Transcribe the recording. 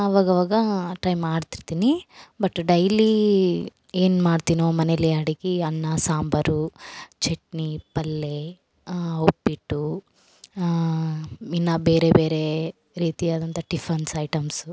ಅವಾಗವಾಗ ಟ್ರೈ ಮಾಡ್ತಿರ್ತಿನಿ but daily ಏನು ಮಾಡ್ತಿನೋ ಮನೇಲಿ ಅಡುಗೆ ಅನ್ನ ಸಾಂಬಾರು ಚಟ್ನಿ ಪಲ್ಲೆ ಉಪ್ಪಿಟ್ಟು ಇನ್ನು ಬೇರೆ ಬೇರೆ ರೀತಿಯಾದಂಥ ಟಿಫನ್ಸ್ ಐಟೆಮ್ಸು